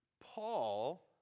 Paul